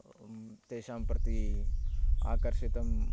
तेषां प्रति आकर्षितं